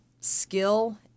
skill